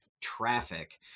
traffic